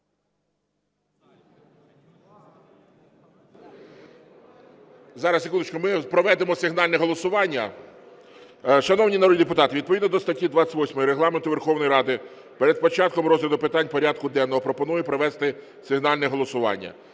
Зараз, секундочку, ми проведемо сигнальне голосування. Шановні народні депутати, відповідно до статті 28 Регламенту Верховної Ради перед початком розгляду питань порядку денного пропоную провести сигнальне голосування.